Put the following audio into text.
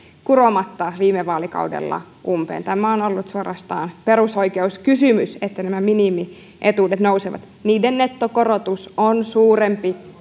kuromatta sitä viime vaalikaudella umpeen tämä on ollut suorastaan perusoikeuskysymys että nämä minimietuudet nousevat niiden nettokorotus on suurempi